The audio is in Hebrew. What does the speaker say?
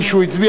שניים נגד,